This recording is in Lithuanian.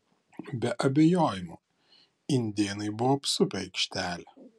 be abejojimo indėnai buvo apsupę aikštelę